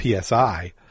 PSI